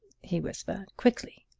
he whispered quickly!